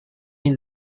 une